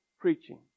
preaching